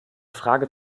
frage